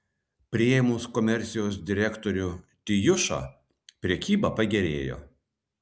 priėmus komercijos direktorių tijušą prekyba pagerėjo